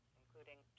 including